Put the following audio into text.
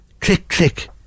click-click